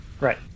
right